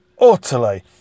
utterly